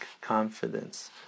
confidence